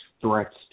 threats